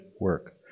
work